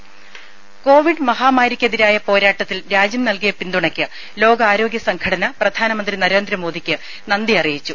ദ്ദേ കൊവിഡ് മഹാമാരിയ്ക്കെതിരായ പോരാട്ടത്തിൽ രാജ്യം നൽകിയ പിന്തുണയ്ക്ക് ലോകാരോഗ്യ സംഘടന പ്രധാനമന്ത്രി നരേന്ദ്രമോദിയ്ക്ക് നന്ദി അറിയിച്ചു